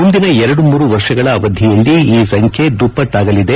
ಮುಂದಿನ ಎರಡುಮೂರು ವರ್ಷಗಳ ಅವಧಿಯಲ್ಲಿ ಈ ಸಂಖ್ಯೆ ದುಪ್ಪಾಟಾಗಲಿದೆ